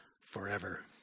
forever